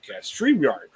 StreamYard